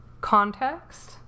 context